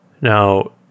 now